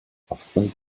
aufgrund